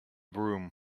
broom